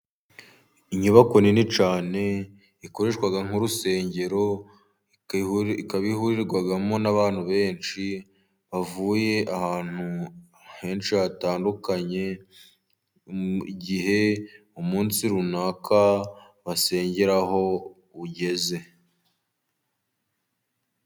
Inyubako nini cyane ikoreshwa nk'urusengero, ikaba ihurirwamo n'abantu benshi bavuye ahantu henshi hatandukanye, igihe umunsi runaka wasengeraho ugeze.